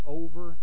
over